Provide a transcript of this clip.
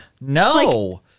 No